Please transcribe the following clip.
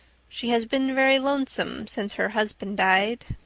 she has been very lonesome since her husband died.